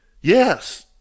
Yes